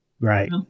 Right